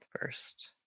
first